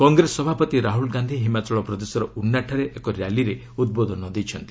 କଂଗ୍ରେସ ସଭାପତି ରାହୁଲ ଗାନ୍ଧି ହିମାଚଳ ପ୍ରଦେଶର ଉନ୍ନାଠାରେ ଏକ ର୍ୟାଲିରେ ଉଦ୍ବୋଧନ ଦେଇଛନ୍ତି